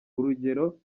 urugeroamadini